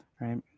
right